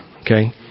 okay